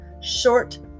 short